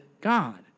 God